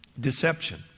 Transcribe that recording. Deception